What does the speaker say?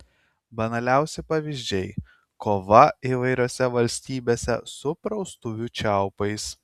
banaliausi pavyzdžiai kova įvairiose valstybėse su praustuvių čiaupais